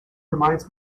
reminds